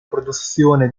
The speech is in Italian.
produzione